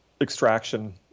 extraction